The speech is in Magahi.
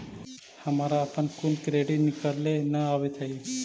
हमारा अपन कुल क्रेडिट निकले न अवित हई